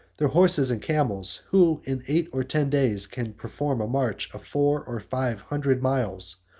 their horses and camels, who, in eight or ten days, can perform a march of four or five hundred miles,